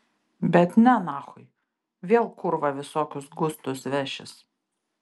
bet ne nachui vėl kurva visokius gustus vešis